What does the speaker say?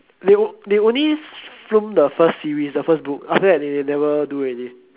they only filmed the first series the first book after that they never do already